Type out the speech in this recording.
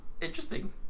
interesting